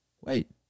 Wait